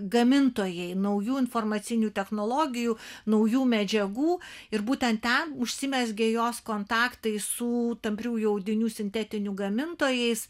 gamintojai naujų informacinių technologijų naujų medžiagų ir būtent ten užsimezgė jos kontaktai su tampriųjų audinių sintetinių gamintojais